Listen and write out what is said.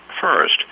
first